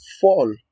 Fall